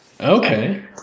Okay